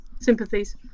sympathies